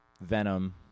Venom